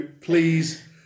please